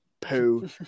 poo